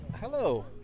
Hello